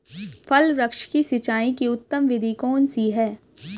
फल वृक्ष की सिंचाई की उत्तम विधि कौन सी है?